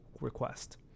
request